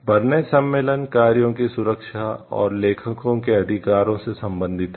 burn सम्मेलन कार्यों की सुरक्षा और लेखकों के अधिकारों से संबंधित है